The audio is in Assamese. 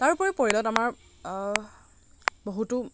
তাৰোপৰি পৰিয়ালত আমাৰ বহুতো